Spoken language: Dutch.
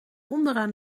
onderaan